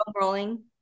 rolling